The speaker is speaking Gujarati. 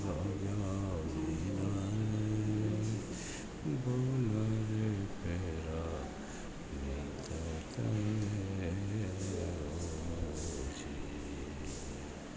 લાવ્યા વિના રે જી